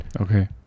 Okay